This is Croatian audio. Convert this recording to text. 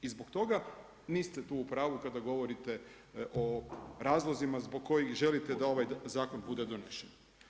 I zbog toga niste tu u pravu kada govorite o razlozima zbog kojih želite da ovaj zakon bude donesen.